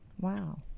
Wow